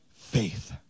faith